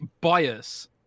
bias